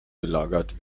gelagert